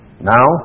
Now